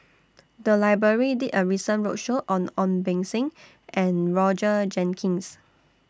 The Library did A roadshow on Ong Beng Seng and Roger Jenkins